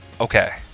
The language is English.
Okay